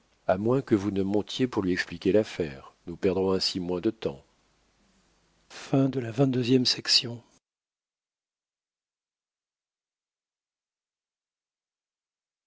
à moins que vous ne montiez pour lui expliquer l'affaire nous perdrons ainsi moins de temps